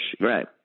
Right